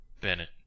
Bennett